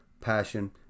passion